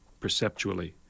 perceptually